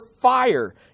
fire